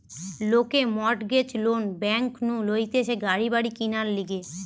লোকে mortgage loan bank নু লইতেছে গাড়ি বাড়ি কিনার লিগে